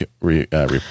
report